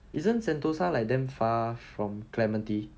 isn't sentosa like damn far from clementi